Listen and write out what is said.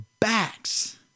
backs